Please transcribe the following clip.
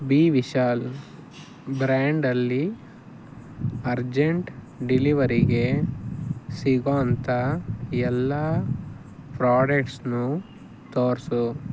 B Vishal ಬ್ರ್ಯಾಂಡಲ್ಲಿ urgent ಡೆಲಿವರಿಗೆ ಸಿಗೋಂಥ ಎಲ್ಲ ಪ್ರಾಡಕ್ಟ್ಸ್ನು ತೋರಿಸು